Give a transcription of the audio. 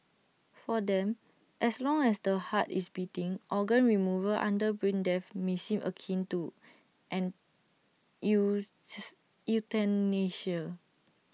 for them as long as the heart is beating organ removal under brain death may seem akin to euthanasia